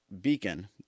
Beacon